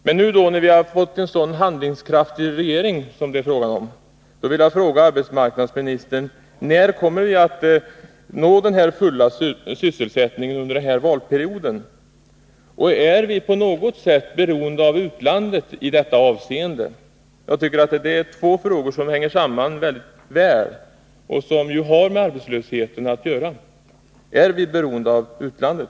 Men nu, när vi har fått en så handlingskraftig regering, vill jag fråga arbetsmarknadsministern: När kommer vi att nå den här fulla sysselsättningen under denna valperiod? Och är vi på något sätt beroende av utlandet i detta avseende? Det är två frågor som jag tycker hänger mycket väl samman och som ju har med arbetslösheten att göra. Är vi alltså beroende av utlandet?